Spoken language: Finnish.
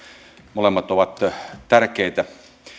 molemmat ovat tärkeitä